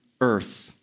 earth